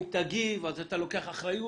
אם תגיב זה אומר שאתה לוקח אחריות.